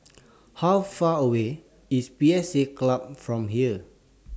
How Far away IS P S A Club from here